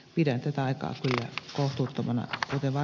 pidän tätä aikaa kohtuuttoman kätevä